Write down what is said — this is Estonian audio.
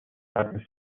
hakkas